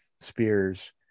spears